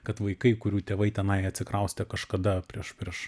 kad vaikai kurių tėvai tenai atsikraustė kažkada prieš prieš